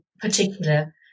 particular